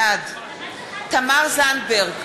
בעד תמר זנדברג,